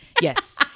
Yes